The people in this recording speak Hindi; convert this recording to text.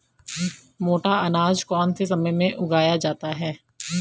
मोटा अनाज कौन से समय में उगाया जाता है?